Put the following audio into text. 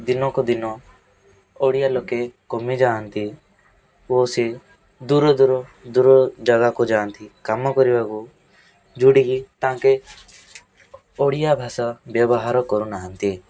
ଦିନକୁ ଦିନ ଓଡ଼ିଆ ଲୋକେ କମିଯାଆନ୍ତି ଓ ସେ ଦୂର ଦୂର ଦୂର ଯାଗାକୁ ଯାଆନ୍ତି କାମ କରିବାକୁ ଯେଉଁଠିକି ତାଙ୍କେ ଓଡ଼ିଆ ଭାଷା ବ୍ୟବହାର କରୁନାହାଁନ୍ତି